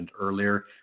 earlier